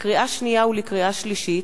לקריאה שנייה ולקריאה שלישית: